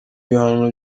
bihano